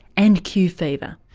and q fever.